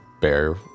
bear